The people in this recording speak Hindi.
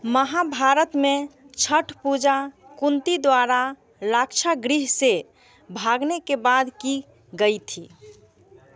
महाभारत में छठ पूजा कुँती द्वारा लाक्षागृह से भागने के बाद की गई थी